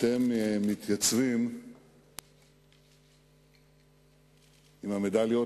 אתם מתייצבים עם המדליות.